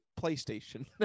PlayStation